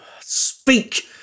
Speak